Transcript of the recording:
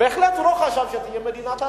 הוא בהחלט לא חשב שתהיה מדינת הלכה.